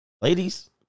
ladies